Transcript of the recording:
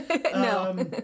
No